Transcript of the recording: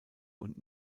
und